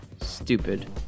stupid